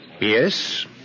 Yes